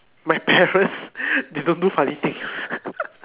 my parents they don't do funny things